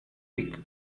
week